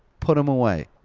put em away.